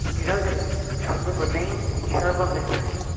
you know, that remains a terrible mystery,